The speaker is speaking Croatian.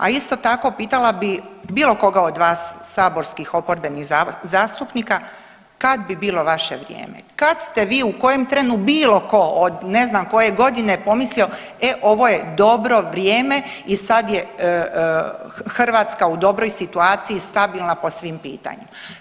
A isto tako pitala bi bilo koga od vas saborskih oporbenih zastupnika kad bi bilo vaše vrijeme, kad ste vi u kojem trenu bilo ko od ne znam koje godine pomislio e ovo je dobro vrijeme i sad je Hrvatska u dobroj situaciji stabilna po svim pitanjima.